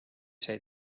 sai